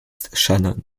shannon